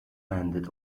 landed